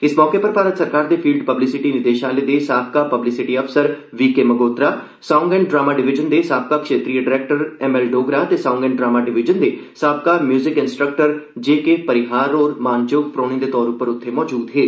इस मौके पर भारत सरकार दे फील्ड पब्लिसिटी निदेशालय दे साबका पब्लिसिटी अफसर V K Magotra song and drama division दे साबका क्षेत्रीय डरैक्टर एम एल डोगरा ते सांग एंड ड्रामा डिवीजन दे साबका music instructor J K Parihar होर मानजोग परौहनें दे तौर उप्पर उत्थे मौजूद हे